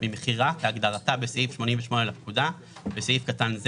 ממכירה כהגדרתה בסעיף 88 לפקודה (בסעיף קטן זה